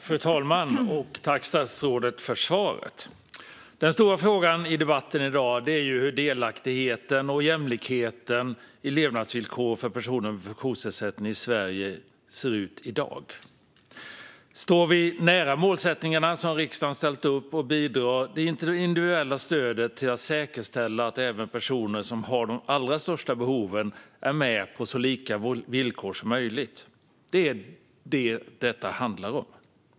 Fru talman! Tack, statsrådet, för svaret! Den stora frågan i debatten i dag är hur delaktigheten och jämlikheten i levnadsvillkor ser ut för personer med funktionsnedsättning i Sverige. Står vi nära de målsättningar som riksdagen ställt upp, och bidrar det individuella stödet till att säkerställa att även personer som har de allra största behoven är med på så lika villkor som möjligt? Det är detta det handlar om.